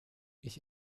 ich